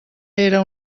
era